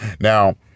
now